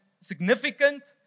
significant